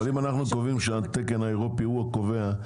אם אנחנו קובעים שהתקן האירופי הוא הקובע,